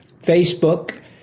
Facebook